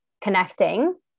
connecting